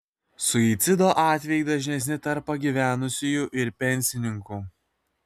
suicido atvejai dažnesni tarp pagyvenusiųjų ir pensininkų